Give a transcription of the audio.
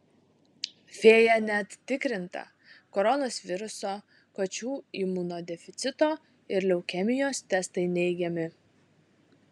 fėja net tikrinta koronos viruso kačių imunodeficito ir leukemijos testai neigiami